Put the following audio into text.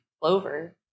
Clover